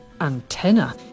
Antenna